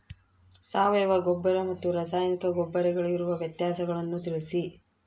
ಸಾವಯವ ಗೊಬ್ಬರ ಮತ್ತು ರಾಸಾಯನಿಕ ಗೊಬ್ಬರಗಳಿಗಿರುವ ವ್ಯತ್ಯಾಸಗಳನ್ನು ತಿಳಿಸಿ?